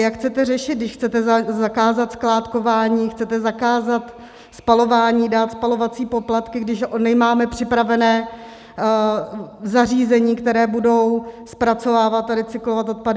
Jak chcete řešit, když chcete zakázat skládkování, chcete zakázat spalování, dát spalovací poplatky, když my máme připravena zařízení, která budou zpracovávat a recyklovat odpady?